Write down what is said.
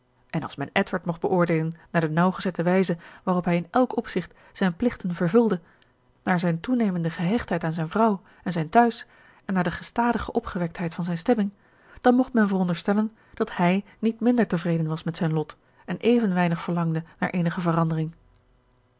en als men edward mocht beoordeelen naar de nauwgezette wijze waarop hij in elk opzicht zijne plichten vervulde naar zijne toenemende gehechtheid aan zijne vrouw en zijn tehuis en naar de gestadige opgewektheid van zijne stemming dan mocht men veronderstellen dat hij niet minder tevreden was met zijn lot en even weinig verlangde naar eenige verandering